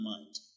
mind